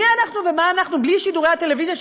מי אנחנו ומה אנחנו בלי שידורי הטלוויזיה,